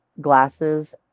glasses